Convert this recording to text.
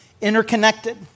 interconnected